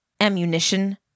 Ammunition